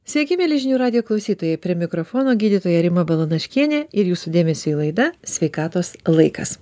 sveiki mieli žinių radijo klausytojai prie mikrofono gydytoja rima balanaškienė ir jūsų dėmesiui laida sveikatos laikas